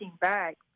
back